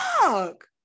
fuck